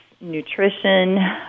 nutrition